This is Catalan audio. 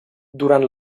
durant